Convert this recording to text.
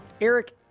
Eric